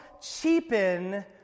cheapen